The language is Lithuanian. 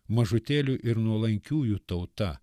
mažutėlių ir nuolankiųjų tauta